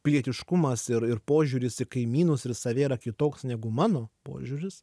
pilietiškumas ir ir požiūris į kaimynus ir save yra kitoks negu mano požiūris